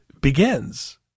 begins